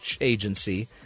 agency